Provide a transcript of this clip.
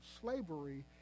slavery